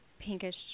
pinkish